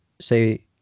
say